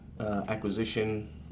acquisition